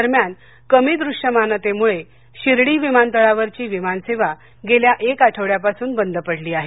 दरम्यान कमी द्रष्यमानतेमूळे शिर्डी विमानतळावरची विमानसेवा गेल्या एक आठवड्यापासून बंद पडली आहे